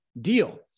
deal